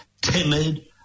timid